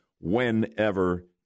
whenever